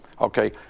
Okay